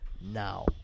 now